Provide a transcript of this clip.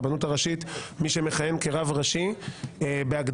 הרבנות הראשית מי שמכהן כרב ראשי בהגדרה,